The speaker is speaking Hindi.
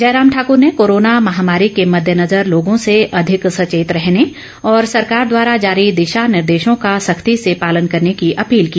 जयराम ठाकुर ने कोरोना महामारी के मद्देनजर लोगों से अधिक सचेत रहने और सरकार द्वारा जारी दिशा निर्देशों का सख्ती से पालने करने की अपील की